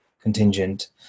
contingent